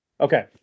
okay